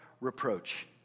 reproach